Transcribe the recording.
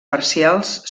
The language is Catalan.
parcials